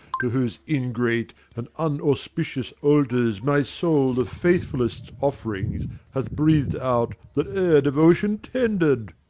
to whose ingrate and unauspicious altars my soul the faithfull'st off'rings have breath'd out that e'er devotion tender'd!